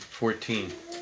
fourteen